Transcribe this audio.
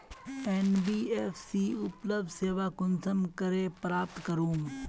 NBFC उपलब्ध सेवा कुंसम करे प्राप्त करूम?